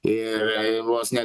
ir vos ne